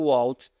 out